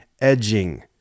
edging